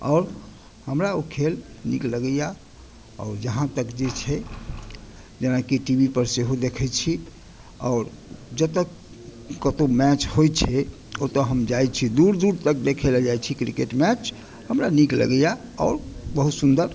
आओर हमरा ओ खेल नीक लगैया और जहाँ तक जे छै जेना कि टी वी पर सेहो देखै छी आओर जतय कतौ मैच होइत छै ओतय हम जाइ छी दूर दूर तक देखै लय जाइ छी क्रिकेट मैच हमरा नीक लगैया आओर बहुत सुन्दर